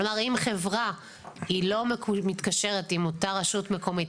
אם חברה לא מתקשרת עם אותה רשות מקומית,